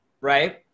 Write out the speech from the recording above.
right